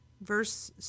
verse